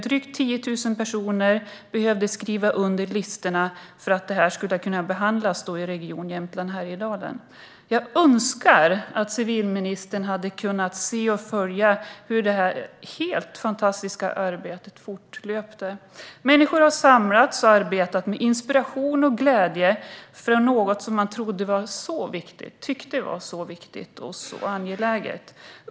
Drygt 10 000 personer behövde skriva under listorna för att detta skulle kunna behandlas i Region Jämtland Härjedalen. Jag önskar att civilministern hade kunnat se och följa hur detta helt fantastiska arbete fortlöpte. Människor har samlats och arbetat med inspiration och glädje för något som man tycker är viktigt och angeläget.